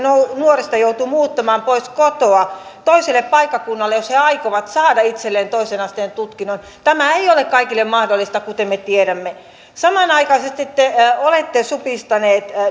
nuorista joutuu muuttamaan pois kotoa toiselle paikkakunnalle jos he aikovat saada itselleen toisen asteen tutkinnon tämä ei ole kaikille mahdollista kuten me tiedämme samanaikaisesti te olette